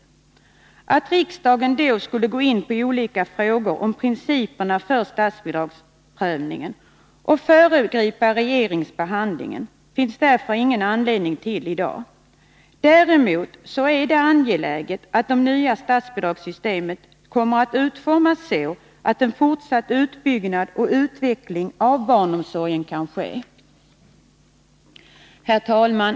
Det finns därför ingen anledning till att riksdagen i dag skulle gå in på olika frågor om principerna för statsbidragsprövningen och föregripa regeringsbehandlingen. Däremot är det angeläget att det nya statsbidragssystemet utformas så att en fortsatt utbyggnad och utveckling av barnomsorgen kan ske. Herr talman!